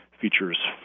features